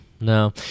No